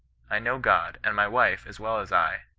i know god and my wife, as well as i,